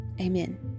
Amen